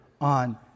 on